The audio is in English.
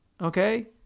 okay